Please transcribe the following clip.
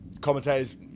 Commentators